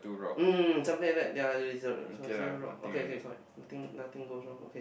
um something like that ya it's a it's considered rock okay kay correct nothing nothing goes wrong okay